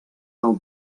del